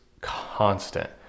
constant